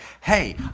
hey